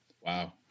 Wow